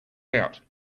out